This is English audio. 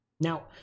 Now